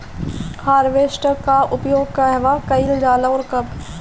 Harvester का उपयोग कहवा कइल जाला और कब?